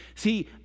See